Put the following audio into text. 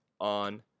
on